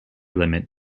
limit